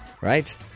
right